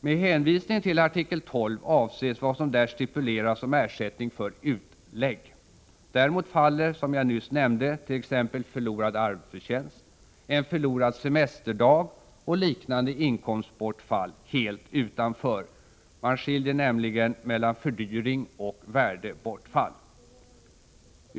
Med hänvisningen till artikel 12 avses vad som där stipuleras om ersättning för utlägg. Däremot faller, som jag nyss nämnde, t.ex. förlorad arbetsför tjänst, förlorad semesterdag och liknande inkomstbortfall helt utanför. Man skiljer nämligen mellan fördyring och värdebortfall.